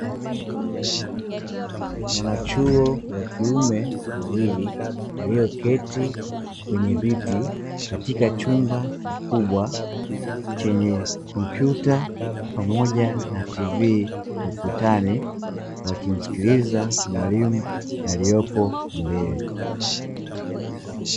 Wanachuo wawili wakiume walioketi kwenye viti katika chumba kikubwa chenye kompyuta, pamoja na televisheni ukutani wakimsikiliza mwalimu aliyepo mbele.